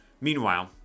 Meanwhile